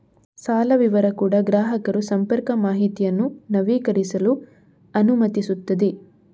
ಸಾಲ ವಿವರ ಕೂಡಾ ಗ್ರಾಹಕರು ಸಂಪರ್ಕ ಮಾಹಿತಿಯನ್ನು ನವೀಕರಿಸಲು ಅನುಮತಿಸುತ್ತದೆ